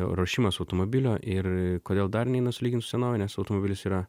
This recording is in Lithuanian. ruošimas automobilio ir kodėl dar neina sulygint su senove nes automobilis yra